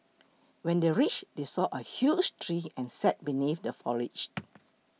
when they reached they saw a huge tree and sat beneath the foliage